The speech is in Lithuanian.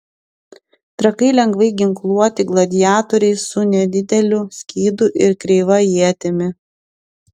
trakai lengvai ginkluoti gladiatoriai su nedideliu skydu ir kreiva ietimi